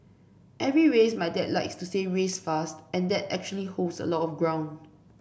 every race my dad likes to say race fast and that actually holds a lot of ground